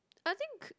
I think